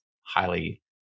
highly